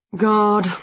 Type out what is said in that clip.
God